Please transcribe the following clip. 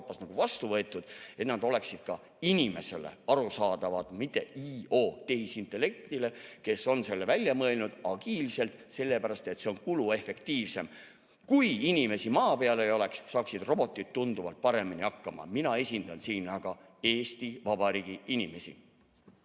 vastu võetud, oleksid ka inimesele arusaadavad, mitte IO tehisintellektile, kes on selle välja mõelnud agiilselt, sellepärast et see on kuluefektiivsem. Kui inimesi maa peal ei oleks, saaksid robotid tunduvalt paremini hakkama. Mina esindan siin aga Eesti Vabariigi inimesi.